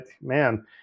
man